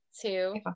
two